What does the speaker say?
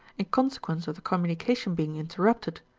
in consequence of the commimica tion being interrupted,